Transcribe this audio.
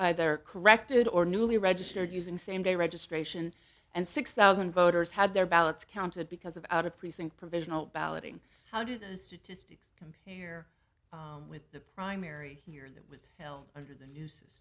either corrected or newly registered using same day registration and six thousand voters had their ballots counted because of out of precinct provisional balloting how do the statistics come here with the primary year that was held under the news